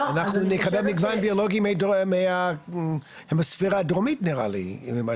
זה מהספירה הדרומית נראה לי.